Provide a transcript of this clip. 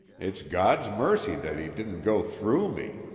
it's god's mercy that he didn't go through me.